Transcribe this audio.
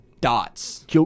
dots